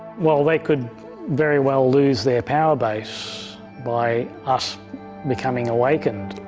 well, they could very well lose their power base by us becoming awakened,